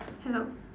hello